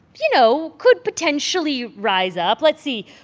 you know, could potentially rise up. let's see,